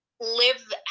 live